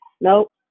nope